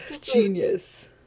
Genius